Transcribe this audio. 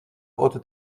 haute